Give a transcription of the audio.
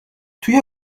توی